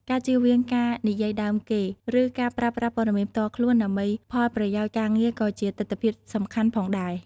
ការជៀសវាងការនិយាយដើមគេ ឬការប្រើប្រាស់ព័ត៌មានផ្ទាល់ខ្លួនដើម្បីផលប្រយោជន៍ការងារក៏ជាទិដ្ឋភាពសំខាន់ផងដែរ។